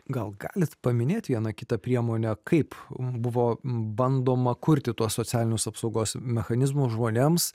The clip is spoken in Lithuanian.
gal galit paminėt vieną kitą priemonę kaip buvo bandoma kurti tuos socialinius apsaugos mechanizmus žmonėms